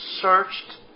searched